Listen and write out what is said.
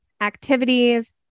activities